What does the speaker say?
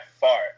far